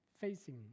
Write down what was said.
facing